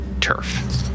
turf